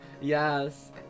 yes